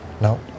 No